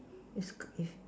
is is